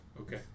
Okay